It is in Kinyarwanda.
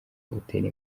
utera